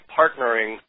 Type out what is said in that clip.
partnering